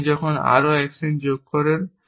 আপনি যখন আরও অ্যাকশন যোগ করেন